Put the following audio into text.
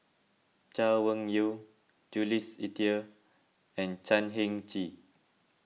Chay Weng Yew Jules Itier and Chan Heng Chee